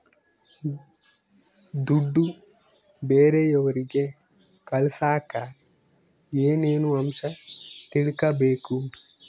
ದುಡ್ಡು ಬೇರೆಯವರಿಗೆ ಕಳಸಾಕ ಏನೇನು ಅಂಶ ತಿಳಕಬೇಕು?